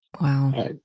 Wow